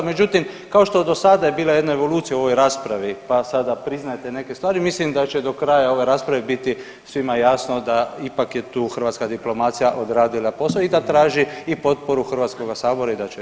Međutim kao što dosada je bila jedna evolucija u ovoj raspravi pa sada priznajete neke stvari mislim da će do kraja ove rasprave biti svima jasno da ipak je tu hrvatska diplomacija odradila posao i da traži potporu i Hrvatskoga sabora i da će je dobiti.